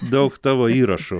daug tavo įrašų